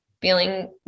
feeling